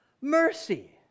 mercy